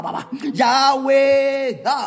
Yahweh